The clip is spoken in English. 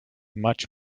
much